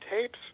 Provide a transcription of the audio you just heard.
tapes